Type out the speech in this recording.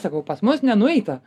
sakau pas mus nenueita